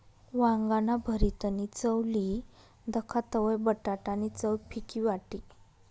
वांगाना भरीतनी चव ली दखा तवयं बटाटा नी चव फिकी वाटी